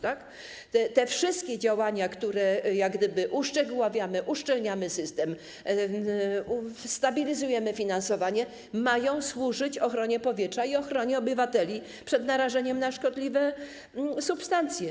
Te wszystkie działania - uszczegóławiamy to, uszczelniamy system, stabilizujemy finansowanie - mają służyć ochronie powietrza i ochronie obywateli przed narażeniem na szkodliwe substancje.